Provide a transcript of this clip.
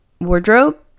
wardrobe